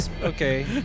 okay